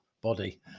body